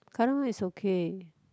current one is okay